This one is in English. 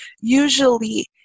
usually